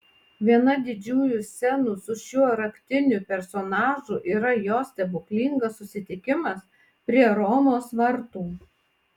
viena didžiųjų scenų su šiuo raktiniu personažu yra jo stebuklingas susitikimas prie romos vartų